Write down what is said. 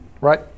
Right